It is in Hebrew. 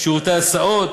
שירותי הסעות,